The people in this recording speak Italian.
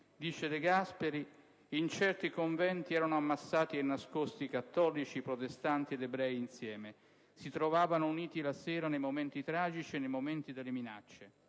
Dice De Gasperi: «in certi conventi erano ammassati e nascosti cattolici, protestanti ed ebrei insieme. Si trovavano uniti la sera, nei momenti tragici e nei momenti delle minacce.